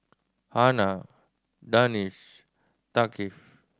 Hana Danish Thaqif